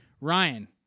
Ryan